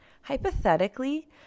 Hypothetically